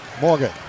Morgan